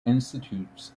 institutes